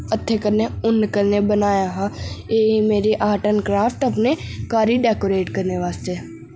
हत्थें कन्नै उन्न कन्नै बनाया हा एह् ही मेरी आर्ट एंड क्राफ्ट अपने घर गी डैकोरेट करने आस्तै